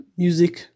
music